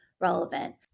relevant